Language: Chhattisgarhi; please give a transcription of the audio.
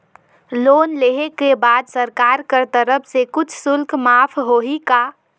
लोन लेहे के बाद सरकार कर तरफ से कुछ शुल्क माफ होही का?